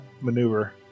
maneuver